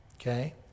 Okay